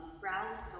browse